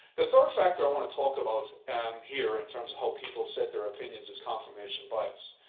the third factor i want to talk about here, in terms of how people set their opinions, is confirmation bias.